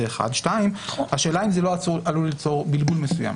שתיים, השאלה אם זה לא עלול ליצור בלבול מסוים.